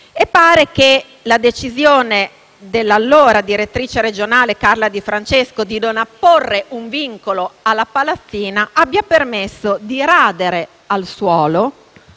Pare che la decisione dell'allora direttrice regionale Carla Di Francesco di non apporre un vincolo alla palazzina abbia permesso di radere al suolo